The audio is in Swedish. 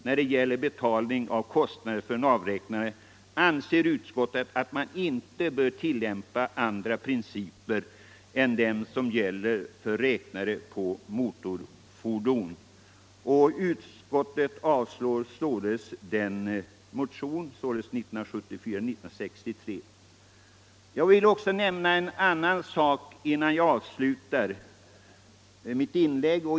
När det gäller betalning av kostnaderna för navräknarna anser utskottet att man inte bör tillämpa andra principer än dem som gäller för räknarna på motorfordon. Utskottet avstyrker således motionen 1963. Jag vill också nämna en annan sak innan jag avslutar mitt inlägg.